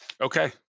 Okay